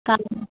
का